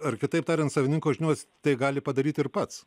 ar kitaip tariant savininko žinios tai gali padaryti ir pats